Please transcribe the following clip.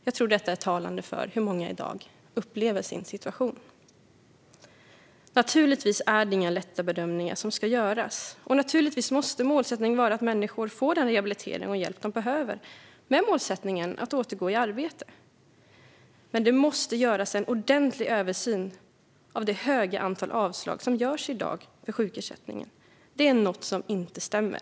Jag tror att detta är talande för hur många i dag upplever sin situation. Naturligtvis är det inga lätta bedömningar, och givetvis måste målsättningen vara att människor får den rehabilitering och hjälp de behöver med målsättningen att återgå i arbete. Men det måste göras en ordentlig översyn av det stora antal avslag som görs i dag. Det är något som inte stämmer.